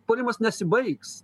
puolimas nesibaigs